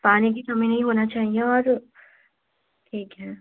पानी की कमी नहीं होना चाहिए और ठीक है